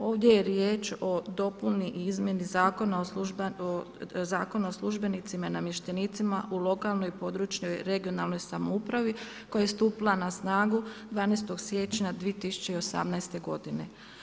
Ovdje je riječ o dopuni i izmjeni Zakona o službenicima i namještenicima u lokalnoj i područnoj (regionalnoj) samoupravi koja je stupila na snagu 12. siječnja 2018. godine.